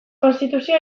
konstituzioa